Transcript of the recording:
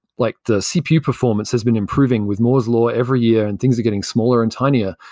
like the cpu performance has been improving with moore's law every year and things are getting smaller and tinier,